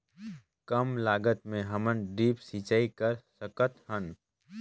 कम लागत मे हमन ड्रिप सिंचाई कर सकत हन?